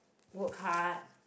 work hard